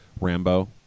Rambo